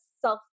self